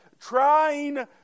trying